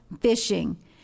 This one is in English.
fishing